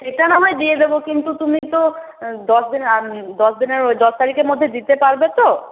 সেটা না হয় দিয়ে দেবো কিন্তু তুমি তো দশ দিন দশ দিনের ওই দশ তারিখের মধ্যে দিতে পারবে তো